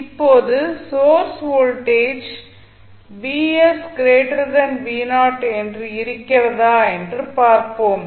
இப்போது source voltage என்று இருக்கிறதா என்று பார்ப்போம்